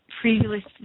previously